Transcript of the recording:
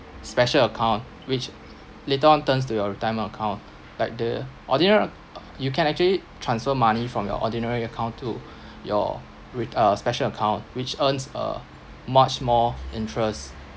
special account which later on turns to your retirement account like the ordinary you can actually transfer money from your ordinary account to your with a special account which earns uh much more interest